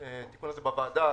התיקון הזה בוועדה.